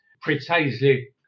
precisely